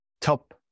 top